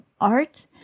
art